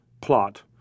plot